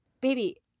Baby